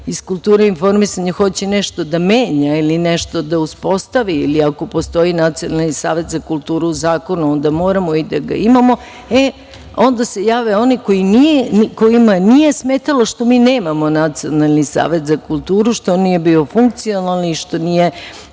iz kulture informisanja hoće nešto da menja ili nešto da uspostavi ili ako postoji Nacionalni savet za kulturu u zakonu, onda moramo i da ga imamo, e onda se jave oni kojima nije smetalo što mi nemamo Nacionalni savet za kulturu, što nije bio funkcionalan i što nije